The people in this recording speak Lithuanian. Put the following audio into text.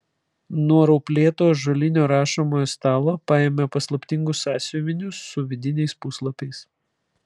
nuo rauplėto ąžuolinio rašomojo stalo paėmė paslaptingus sąsiuvinius su vidiniais puslapiais